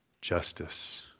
justice